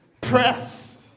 press